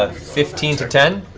ah fifteen to ten?